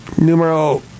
Numero